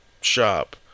Shop